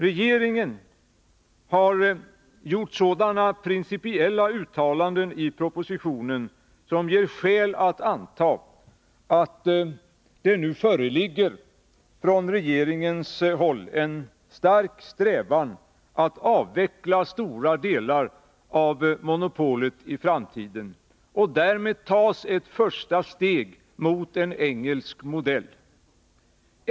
Regeringens principiella uttalanden i propositionen ger skäl att anta att det från regeringens sida finns en stark strävan att avveckla stora delar av monopolet i framtiden. Därmed tas ett första steg mot en engelsk modell.